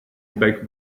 back